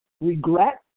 regret